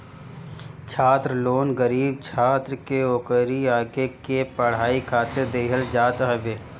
छात्र लोन गरीब छात्र के ओकरी आगे के पढ़ाई खातिर देहल जात हवे